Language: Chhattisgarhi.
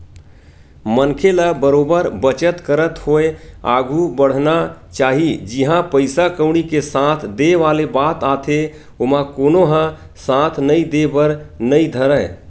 मनखे ल बरोबर बचत करत होय आघु बड़हना चाही जिहाँ पइसा कउड़ी के साथ देय वाले बात आथे ओमा कोनो ह साथ नइ देय बर नइ धरय